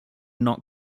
not